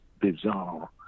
bizarre